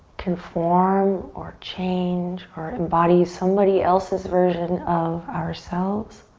conform or change or embody somebody else's version of ourselves